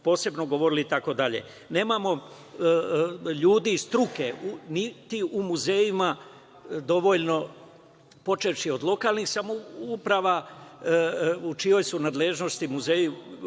posebno govorili i tako dalje. Dakle, nemamo ljude iz struke, niti u muzejima dovoljno, počevši od lokalnih samouprava, u čijoj su nadležnosti muzeji,